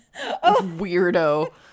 weirdo